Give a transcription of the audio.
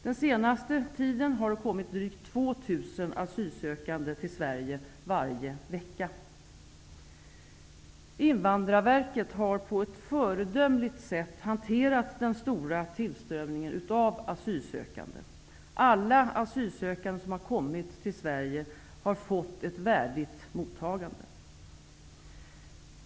Den senaste tiden har det kommit drygt 2 000 Invandrarverket har på ett föredömligt sätt hanterat den stora tillströmningen av asylsökande. Alla asylsökande som har kommit till Sverige har fått ett värdigt mottagande.